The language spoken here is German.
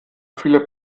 viele